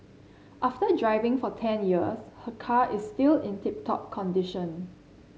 after driving for ten years her car is still in tip top condition